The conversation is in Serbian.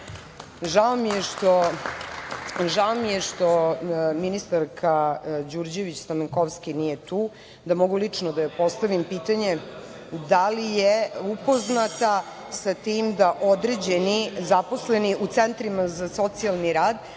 mi je što ministarka Đurđević Stamenkovski nije tu da mogu lično da joj postavim pitanje da li je upoznata sa tim da određeni zaposleni u centrima za socijalni rad,